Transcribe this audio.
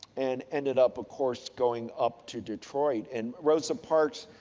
and, ended up, course, going up to detroit. and, rosa parks,